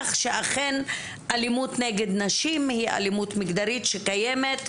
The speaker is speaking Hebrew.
שאכן אלימות נגד נשים היא אלימות מגדרית שקיימת,